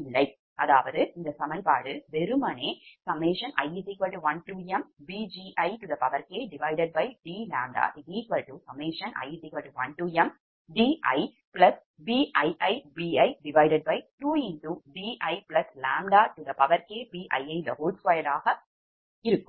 இல்லை அதாவது இந்த சமன்பாடு வெறுமனே i1mdPgikdi1mdiBiibi2diʎkBii2 வாக இருக்கும்